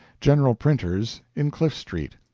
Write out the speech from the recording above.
general printers, in cliff street.